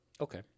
okay